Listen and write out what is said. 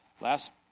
last